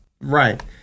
Right